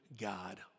God